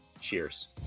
Cheers